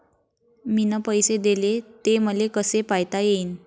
मिन पैसे देले, ते मले कसे पायता येईन?